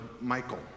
Michael